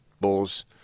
Bulls